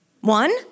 One